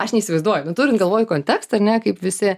aš neįsivaizduoju nu turint galvoj kontekstą ar ne kaip visi